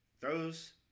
throws